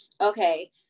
okay